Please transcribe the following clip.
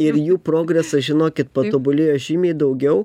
ir jų progresas žinokit patobulėjo žymiai daugiau